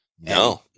No